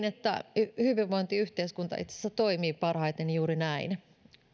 että hyvinvointiyhteiskunta itse asiassa toimii parhaiten juuri näin